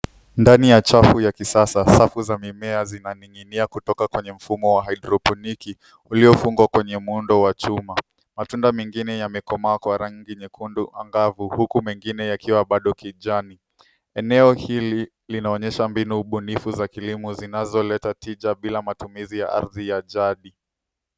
Ndani ya chafu ya kisasa safu za mimea zinaning'inia kutoka kwenye mfumo wa haidroponiki ulio fungwa kwenye muundo wa chuma. Matunda mengine yamekomaa kwa rangi nyekundu angavu huku mengine ikiwa bado kijani. Eneo hili linaonyesha mbinu ubunifu za kilimo zinazoleta tija bila matumizi ya ardhi ya jadi.